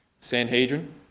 Sanhedrin